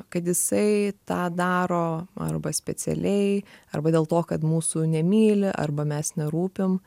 kad jisai tą daro arba specialiai arba dėl to kad mūsų nemyli arba mes nerūpim